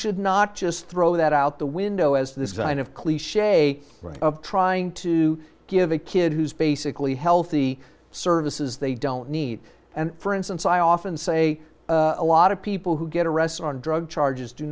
should not just throw that out the window as this kind of cliche of trying to give a kid who's basically healthy services they don't need and for instance i often say a lot of people who get arrested on drug charges do